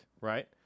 right